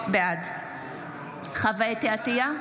בעד חוה אתי עטייה,